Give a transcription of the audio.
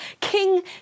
King